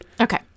Okay